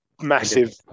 massive